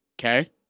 Okay